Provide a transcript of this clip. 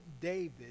David